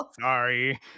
Sorry